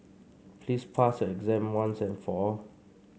please pass your exam once and for all